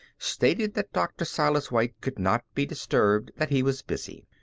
stated that dr. silas white could not be disturbed, that he was busy.